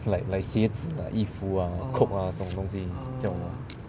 like like 鞋子 ah 衣服 ah coat ah 这种叫什么 ah